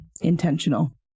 intentional